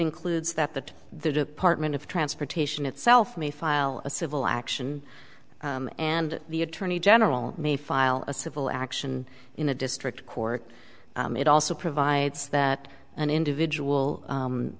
includes that that the department of transportation itself may file a civil action and the attorney general may file a civil action in a district court it also provides that an individual